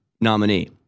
nominee